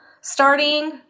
starting